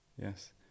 yes